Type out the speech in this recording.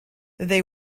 they